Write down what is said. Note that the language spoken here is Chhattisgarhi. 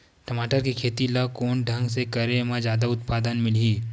टमाटर के खेती ला कोन ढंग से करे म जादा उत्पादन मिलही?